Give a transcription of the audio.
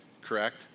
correct